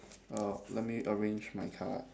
uh let me arrange my card